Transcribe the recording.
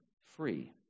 free